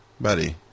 buddy